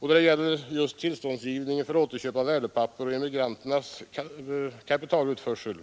Då det gäller tillståndsgivningen för återköp av värdepapper och emigranternas kapitalutförsel